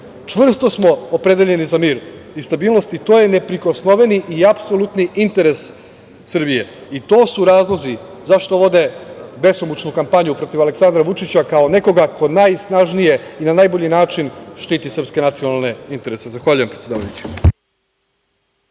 Čvrst smo opredeljeni za mir i stabilnost. To je nepriskosnoveni i apsolutni interes Srbije i to su razlozi zašto vode besumučnu kampanju protiv Aleksandra Vučića kao nekoga ko najsnažnije i na najbolji način štiti srpske nacionalne interese. Zahvaljujem predsedavajući.